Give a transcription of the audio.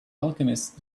alchemists